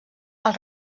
els